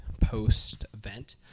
post-event